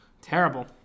Terrible